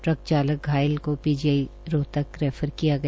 truck चालक घायल को पीजीआई रोहतक रैफर किया गया